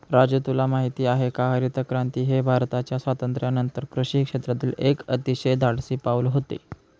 राजू तुला माहित आहे का हरितक्रांती हे भारताच्या स्वातंत्र्यानंतर कृषी क्षेत्रातील एक अतिशय धाडसी पाऊल होते